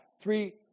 Three